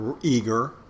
eager